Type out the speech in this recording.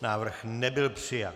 Návrh nebyl přijat.